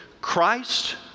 Christ